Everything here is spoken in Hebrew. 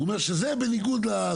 הוא אומר שזה בניגוד לעקרון.